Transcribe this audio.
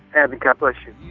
abby. god bless you